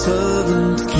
Servant